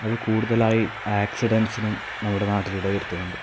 അതു കൂടുതലായി ആക്സിഡൻസിനും നമ്മുടെ നാട്ടിൽ ഇടവരുത്തുന്നുണ്ട്